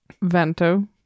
Vento